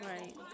Right